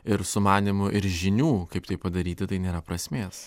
ir sumanymų ir žinių kaip tai padaryti tai nėra prasmės